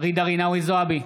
ג'ידא רינאוי זועבי,